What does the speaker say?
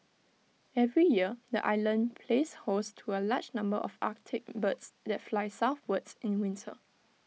every year the island plays host to A large number of Arctic birds that fly southwards in winter